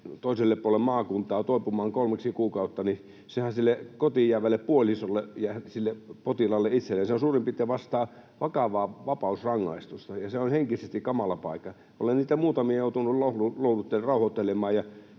toiselle puolelle maakuntaa toipumaan kolmeksi kuukautta. Sehän sille kotiin jäävälle puolisolle ja sille potilaalle itselleen vastaa suurin piirtein vakavaa vapausrangaistusta, ja se on henkisesti kamala paikka. Olen niitä muutamia joutunut rauhoittelemaan